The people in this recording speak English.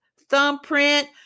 thumbprint